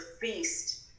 feast